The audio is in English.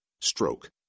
Stroke